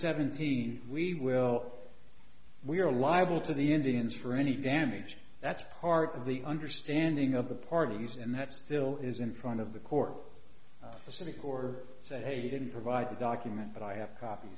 seventeen we will we are liable to the indians for any damage that's part of the understanding of the parties and that still is in front of the court specific order said he didn't provide the document but i have co